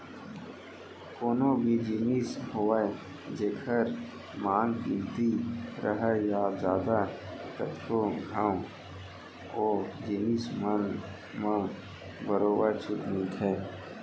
कोनो भी जिनिस होवय जेखर मांग कमती राहय या जादा कतको घंव ओ जिनिस मन म बरोबर छूट मिलथे